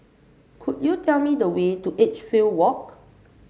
could you tell me the way to Edgefield Walk